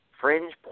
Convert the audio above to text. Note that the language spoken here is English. fringe